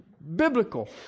Biblical